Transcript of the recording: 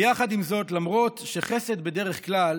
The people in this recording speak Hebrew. יחד עם זאת, למרות שחסד הוא בדרך כלל